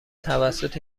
توسط